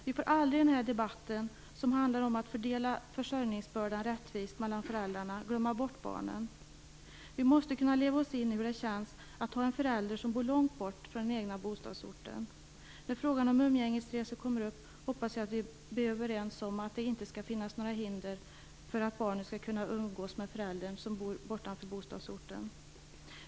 Vi får aldrig i den här debatten, som handlar om att fördela försörjningsbördan rättvist mellan föräldrarna, glömma bort barnen. Vi måste kunna leva oss in i hur det känns att ha en förälder som bor långt bort från den egna bostadsorten. När frågan om umgängesresor kommer upp hoppas jag att vi blir överens om att det inte skall finnas några hinder för att barnet skall kunna umgås med den förälder som bor bortanför bostadsorten.